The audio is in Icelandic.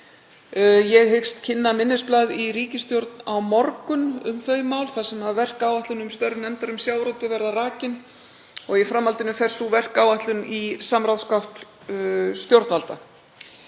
Ég hyggst kynna minnisblað í ríkisstjórn á morgun um þau mál þar sem verkáætlun um störf nefndar um sjávarútveg verður rakin og í framhaldinu fer sú verkáætlun í samráðsgátt stjórnvalda.